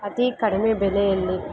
ಅತೀ ಕಡಿಮೆ ಬೆಲೆಯಲ್ಲಿ